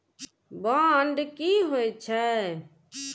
Bond की होई छै?